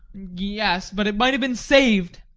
yes, but it might have been saved.